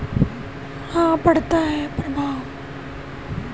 पूंजी की उच्च लागत का कई छोटी अमेरिकी उच्च तकनीकी फर्मों पर अपंग प्रभाव पड़ता है